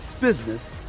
business